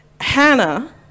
Hannah